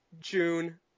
june